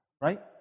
Right